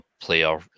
player